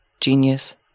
genius